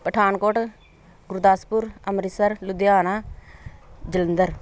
Pathankot Gurdaspur Amritsar Ludhiana Jalandhar